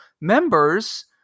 members